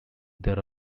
there